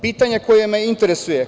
Pitanja koje me je interesuju.